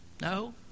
No